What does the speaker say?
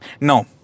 No